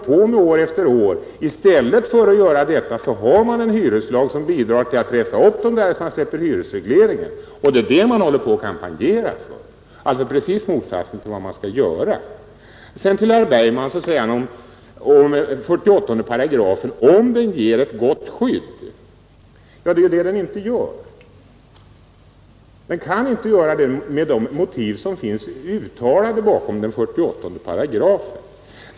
I stället för att göra detta har man en hyreslag som bidrar till att pressa upp dem, därest man släpper hyresregleringen, och det är det man håller på och kampanjerar för, alltså precis motsatsen till vad man borde göra. Herr Bergman sade att 48 8 såvitt han vet ger ett gott skydd. Det är ju det den inte gör. Den kan inte göra det med de motiv som finns uttalade bakom den.